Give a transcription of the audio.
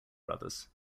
brothers